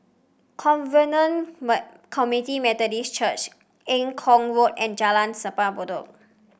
Covenant Community Methodist Church Eng Kong Road and Jalan Simpang Bedok